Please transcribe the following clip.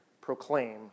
proclaim